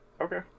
Okay